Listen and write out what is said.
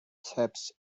taps